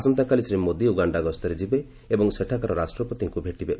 ଆସନ୍ତାକାଲି ଶ୍ରୀ ମୋଦି ଉଗାଣ୍ଡା ଗସ୍ତରେ ଯିବେ ଏବଂ ସେଠାକାର ରାଷ୍ଟ୍ରପତିଙ୍କୁ ଭେଟିବେ